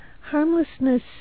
Harmlessness